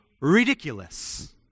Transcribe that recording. ridiculous